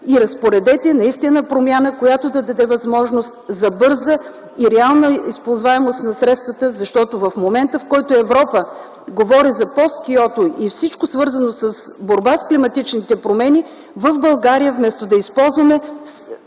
и разпоредете наистина промяна, която да даде възможност за бърза и реална използваемост на средствата. Защото в момента, в който Европа говори за пост-Киото и всичко, свързано с борба с климатичните промени в България, вместо да използваме